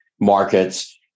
markets